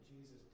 Jesus